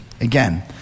again